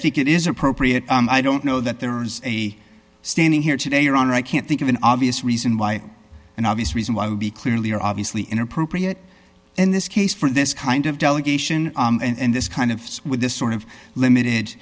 think it is appropriate and i don't know that there is a standing here today your honor i can't think of an obvious reason why an obvious reason why would be clearly or obviously inappropriate in this case for this kind of delegation and this kind of with this sort of limited